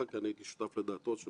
שהכנסת היא לא רק רשות מחוקקת אלא